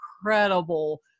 incredible